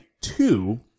two